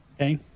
Okay